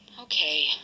Okay